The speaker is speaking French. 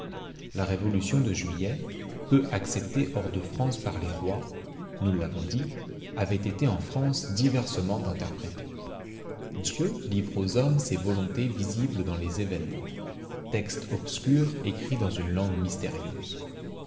la révolution de juillet peu acceptée hors de france par les rois nous l'avons dit avait été en france diversement interprétée dieu livre aux hommes ses volontés visibles dans les événements texte obscur écrit dans une langue mystérieuse